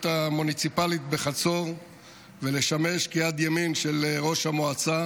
המוניציפלית בחצור ולשמש כיד ימין של ראש המועצה,